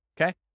Okay